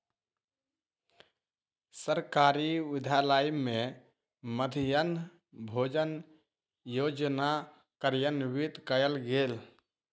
सरकारी विद्यालय में मध्याह्न भोजन योजना कार्यान्वित कयल गेल